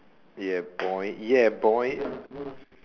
ya boy ya boy